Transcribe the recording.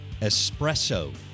Espresso